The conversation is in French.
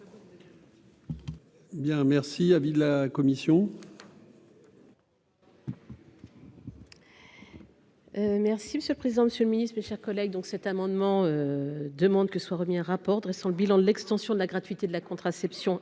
merci, avis de la commission.